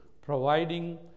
providing